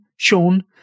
Sean